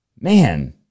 Man